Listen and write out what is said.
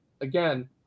again